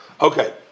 Okay